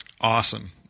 Awesome